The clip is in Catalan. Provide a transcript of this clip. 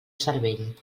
cervell